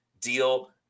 deal